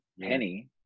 penny